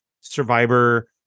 survivor